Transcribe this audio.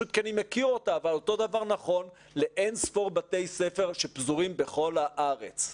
אבל אותו דבר נכון לאין-ספור בתי ספר שפזורים בכל הארץ.